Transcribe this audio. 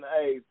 Hey